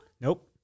Nope